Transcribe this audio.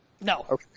No